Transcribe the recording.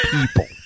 people